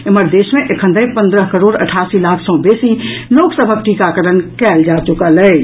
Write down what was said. एम्हर देश मे एखन धरि पन्द्रह करोड़ अठासी लाख सॅ बेसी लोक सभक टीकाकरण कयल जा चुकल अछि